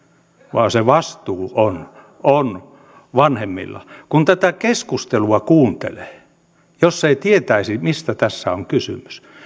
vaan se vastuu on on vanhemmilla kun tätä keskustelua kuuntelee niin jos ei tietäisi mistä tässä on kysymys